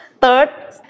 third